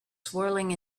swirling